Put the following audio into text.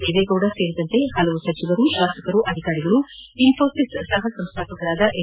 ದೇವೇಗೌಡ ಸೇರಿದಂತೆ ಹಲವು ಸಚಿವರು ಶಾಸಕರು ಅಧಿಕಾರಿಗಳು ಇನ್ವೋಸಿಸ್ ಸಹ ಸಂಸ್ಥಾಪಕ ಎನ್